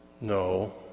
no